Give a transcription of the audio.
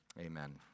Amen